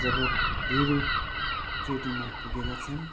जगत् धेरै चोटीमा पुगेका छन्